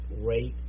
rate